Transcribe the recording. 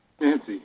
Nancy